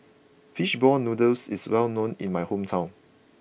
Fish Ball Noodles is well known in my hometown